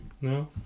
No